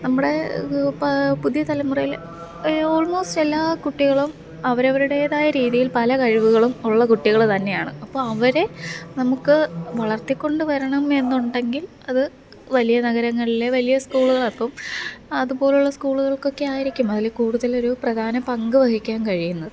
നമ്മുടെ പുതിയ തലമുറയിലെ ഈ ഓള്മോസ്ട് എല്ലാ കുട്ടികളും അവരവരുടേതായ രീതിയില് പല കഴിവുകളും ഉള്ള കുട്ടികള് തന്നെയാണ് അപ്പം അവരെ നമുക്ക് വളര്ത്തിക്കൊണ്ടു വരണം എന്നുണ്ടെങ്കിൽ അത് വലിയ നഗരങ്ങളിലെ വലിയ സ്കൂളുകാര്ക്കും അതുപോലുള്ള സ്കൂളുകള്ക്കൊക്കെ ആയിരിക്കും അതില് കൂടുതലൊരു പ്രധാന പങ്ക് വഹിക്കാന് കഴിയുന്നത്